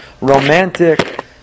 romantic